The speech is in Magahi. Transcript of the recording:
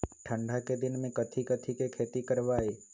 ठंडा के दिन में कथी कथी की खेती करवाई?